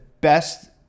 best